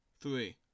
three